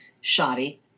shoddy